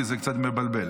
כי זה קצת מבלבל.